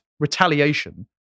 retaliation